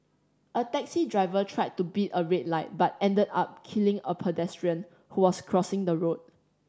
a taxi driver tried to beat a red light but ended up killing a pedestrian who was crossing the road